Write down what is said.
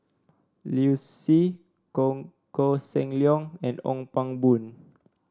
Liu Si Koh Seng Leong and the Ong Pang Boon